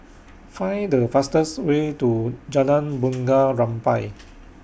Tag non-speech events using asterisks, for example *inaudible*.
Find The fastest Way to *noise* Jalan Bunga Rampai